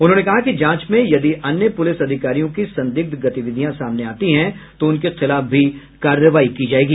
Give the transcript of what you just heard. उन्होंने कहा कि जांच में यदि अन्य पुलिस अधिकारियों की संदिग्ध गतिविधियां सामने आती हैं तो उनके खिलाफ भी कार्रवाई की जायेगी